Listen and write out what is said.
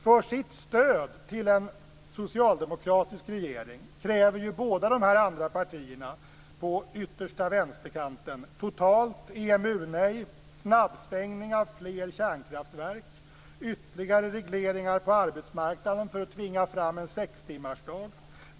För sitt stöd till en socialdemokratisk regering kräver ju båda de här andra partierna på yttersta vänsterkanten totalt EMU-nej, snabbstängning av fler kärnkraftverk och ytterligare regleringar på arbetsmarknaden för att tvinga fram en sextimmarsdag.